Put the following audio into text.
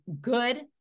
good